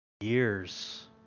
years